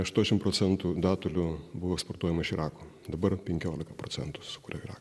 aštuoniasdešimt procentų datulių buvo eksportuojama iš irako dabar penkiolika procentų su kuria irakas